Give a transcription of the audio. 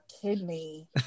kidney